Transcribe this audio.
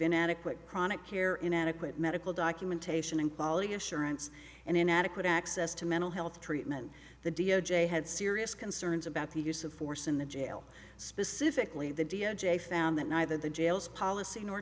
inadequate chronic care inadequate medical documentation and quality assurance and inadequate access to mental health treatment the d o j had serious concerns about the use of force in the jail specifically the dia j found that neither the jail's policy nor